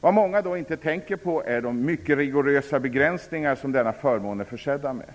Vad många då inte tänker på är de mycket rigorösa begränsningar som denna förmån är försedd med.